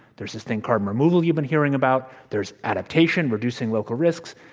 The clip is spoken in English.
there's this thing carbon removal you've been hearing about. there's adaptation, reducing local risks.